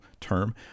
term